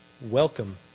Welcome